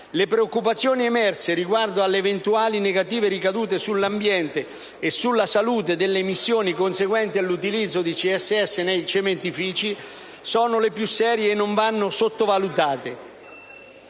Le preoccupazioni emerse riguardo alle eventuali negative ricadute sull'ambiente e sulla salute delle emissioni conseguenti all'utilizzo del CSS nei cementifici sono le più serie e non vanno sottovalutate